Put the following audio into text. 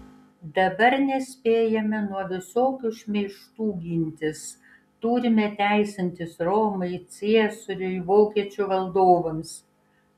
dabar nespėjame nuo visokių šmeižtų gintis turime teisintis romai ciesoriui vokiečių valdovams